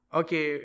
okay